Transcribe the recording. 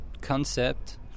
concept